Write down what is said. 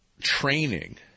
training